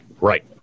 Right